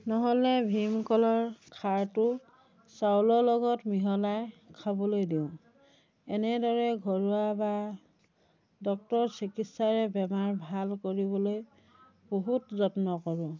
নহ'লে ভীমকলৰ খাৰটো চাউলৰ লগত মিহলাই খাবলৈ দিওঁ এনেদৰে ঘৰুৱা বা ডক্তৰৰ চিকিৎসাৰে বেমাৰ ভাল কৰিবলৈ বহুত যত্ন কৰোঁ